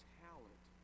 talent